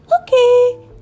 okay